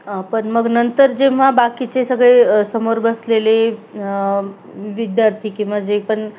पण मग नंतर जेव्हा बाकीचे सगळे समोर बसलेले विद्यार्थी किंवा जे पण